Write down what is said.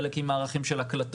חלק עם מערכים של הקלטות.